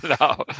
No